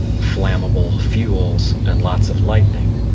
flammable fuels and lots of lightning,